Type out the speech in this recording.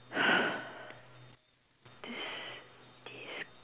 this this